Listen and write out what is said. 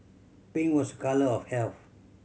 pink was a colour of health